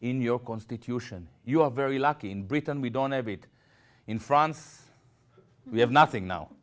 in your constitution you are very lucky in britain we don't have it in france we have nothing now